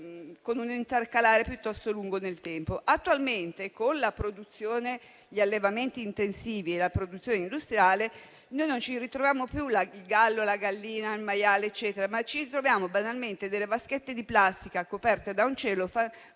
con un intercalare piuttosto lungo nel tempo. Attualmente, con gli allevamenti intensivi e la produzione industriale, non ci ritroviamo più il gallo, la gallina e il maiale, ma ci ritroviamo banalmente delle vaschette di plastica coperte da un